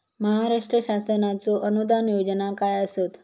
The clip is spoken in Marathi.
महाराष्ट्र शासनाचो अनुदान योजना काय आसत?